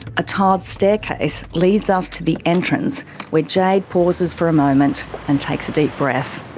a tiled staircase leads us to the entrance where jade pauses for a moment and takes a deep breath.